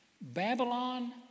Babylon